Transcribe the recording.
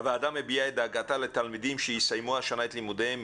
הוועדה מביעה את דאגתה לתלמידים שיסיימו השנה את לימודיהם.